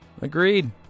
Agreed